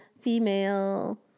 female